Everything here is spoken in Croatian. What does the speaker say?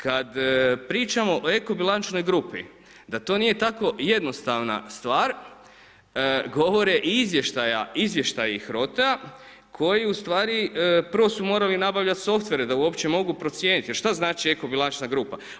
Kad pričamo o ekobilančnoj grupi, da to nije tako jednostavna stvar govore i izvještaji HROTA koji ustvari prvo su morali nabavljati softvere da uopće mogu procijeniti, jer šta znači ekobilančna grupa?